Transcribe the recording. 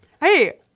Hey